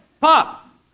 pop